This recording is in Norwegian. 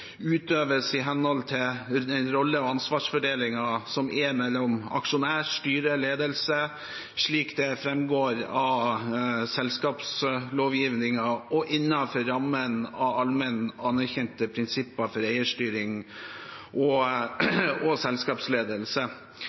utøves i henhold til den rolle- og ansvarsfordelingen som er mellom aksjonærer, styre og ledelse, slik det framgår av selskapslovgivningen og innenfor rammen av allment anerkjente prinsipper for eierstyring og selskapsledelse.